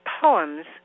poems